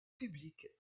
public